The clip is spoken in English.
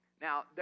Now